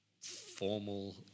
formal